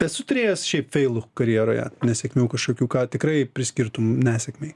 esi turėjęs šiaip feilų karjeroje nesėkmių kažkokių ką tikrai priskirtum nesėkmei